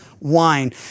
wine